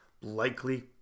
likely